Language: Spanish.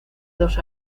dos